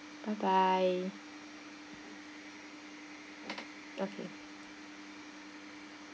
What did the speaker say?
bye bye okay